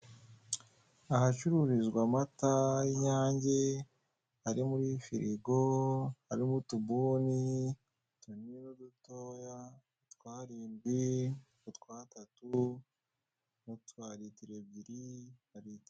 Ahacururizwa amata y'inyange ari muri firigo harimo utubuni tumwe dutoya twarindwi u twa tatu mutwa litiro ebyiri na litiro imwe.